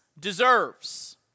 deserves